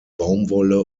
baumwolle